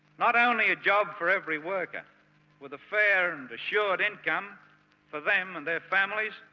not only a job for every worker with a fair and assured income for them and their families